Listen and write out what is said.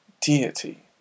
deity